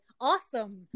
Awesome